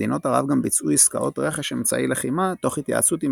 מדינות ערב גם ביצעו עסקאות רכש אמצעי לחימה תוך התייעצות עם